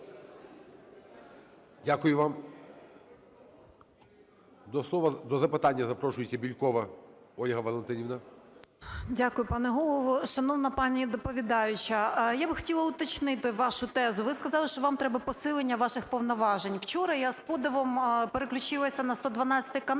До слова… До запитання запрошується Бєлькова Ольга Валентинівна. 17:18:04 БЄЛЬКОВА О.В. Дякую, пане Голово. Шановна пані доповідаюча, я би хотіла уточнити вашу тезу. Ви сказали, що вам треба посилення ваших повноважень. Вчора я з подивом переключилася на "112 канал"